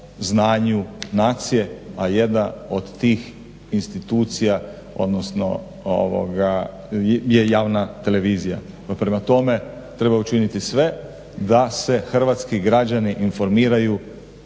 znanju nacije, a jedna od tih institucija odnosno je javna televizija. Pa prema tome treba učiniti sve da se hrvatski građani informiraju